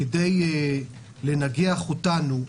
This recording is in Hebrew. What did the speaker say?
כדי לנגח אותנו,